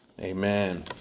Amen